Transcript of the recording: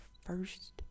first